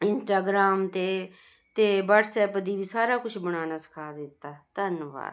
Instagram 'ਤੇ ਅਤੇ WhatsApp ਦੀ ਵੀ ਸਾਰਾ ਕੁਛ ਬਣਾਉਣਾ ਸਿਖਾ ਦਿੱਤਾ ਧੰਨਵਾਦ